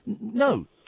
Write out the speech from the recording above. No